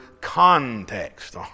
context